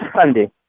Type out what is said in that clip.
Sunday